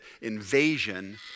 invasion